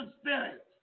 spirit